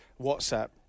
WhatsApp